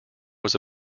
was